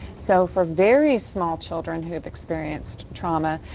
so, for very small children who have experienced trauma,